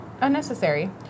unnecessary